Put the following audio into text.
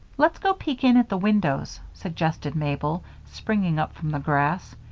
let's go peek in at the windows, suggested mabel, springing up from the grass.